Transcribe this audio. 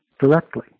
directly